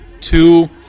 two